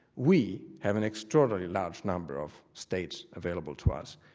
we have an extraordinarily large number of states available to us,